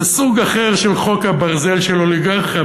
זה סוג אחר של חוק הברזל של אוליגרכיה,